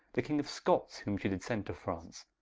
the king of scots whom shee did send to france,